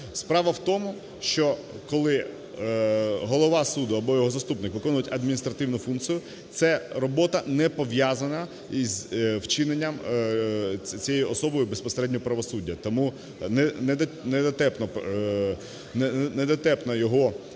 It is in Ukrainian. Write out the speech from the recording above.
Справа в тому, що коли голова суду або його заступник виконують адміністративну функцію, це робота не пов'язана із вчиненням цією особою безпосередньо правосуддя. Тому недотепно… його